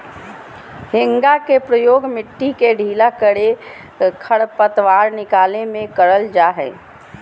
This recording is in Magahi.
हेंगा के प्रयोग मिट्टी के ढीला करे, खरपतवार निकाले में करल जा हइ